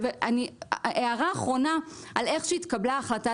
הערה אחרונה על איך שהתקבלה החלטת